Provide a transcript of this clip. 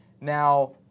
Now